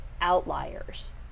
outliers